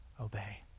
obey